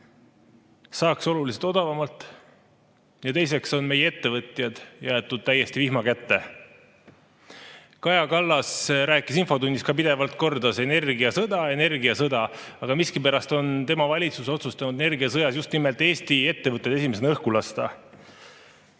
saaks oluliselt odavamalt. Ja teiseks on meie ettevõtjad jäetud täiesti vihma kätte. Kaja Kallas rääkis infotunnis ka, pidevalt kordas: energiasõda, energiasõda. Aga miskipärast on tema valitsus otsustanud energiasõjas just nimelt Eesti ettevõtted esimesena õhku lasta.